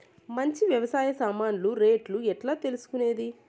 మంచి వ్యవసాయ సామాన్లు రేట్లు ఎట్లా తెలుసుకునేది?